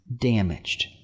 damaged